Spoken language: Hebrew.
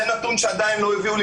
זה נתון שעדיין לא קיבלתי,